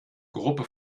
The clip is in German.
gruppe